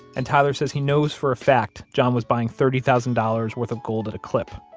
and tyler says he knows for a fact john was buying thirty thousand dollars worth of gold at a clip.